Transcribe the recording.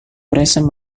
present